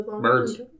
birds